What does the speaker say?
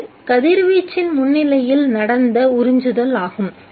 இது கதிர்வீச்சின் முன்னிலையில் நடந்த உறிஞ்சுதல் ஆகும்